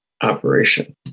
operation